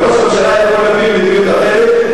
וראש הממשלה יכול להביא למדיניות אחרת.